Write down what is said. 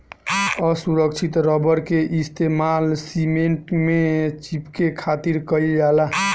असुरक्षित रबड़ के इस्तेमाल सीमेंट में चिपके खातिर कईल जाला